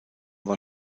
war